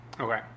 Okay